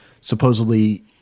supposedly